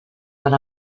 per